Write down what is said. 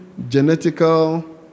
genetical